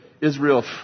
Israel